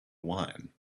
wine